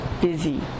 busy